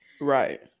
right